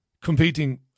competing